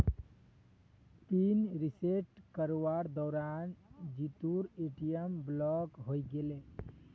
pin reset करवार दौरान जीतूर ए.टी.एम ब्लॉक हइ गेले